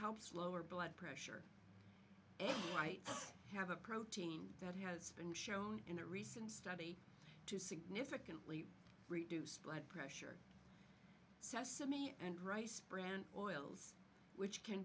helps lower blood pressure might have a protein that has been shown in a recent study to significantly reduce blood pressure sesame and rice bran oils which can